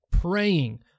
praying